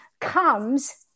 comes